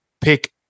pick